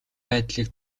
байдлыг